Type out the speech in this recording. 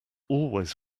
always